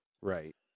Right